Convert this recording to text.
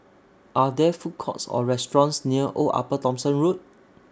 Are There Food Courts Or restaurants near Old Upper Thomson Road